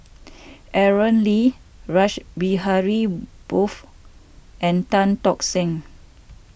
Aaron Lee Rash Behari Bose and Tan Tock Seng